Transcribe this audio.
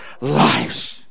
lives